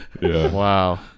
Wow